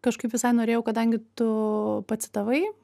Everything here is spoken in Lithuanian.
kažkaip visai norėjau kadangi tu pacitavai